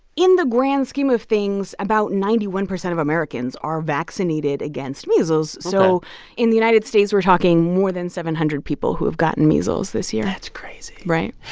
in the grand scheme of things, about ninety one percent of americans are vaccinated against measles ok so in the united states, we're talking more than seven hundred people who have gotten measles this year that's crazy right?